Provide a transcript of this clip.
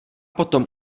potom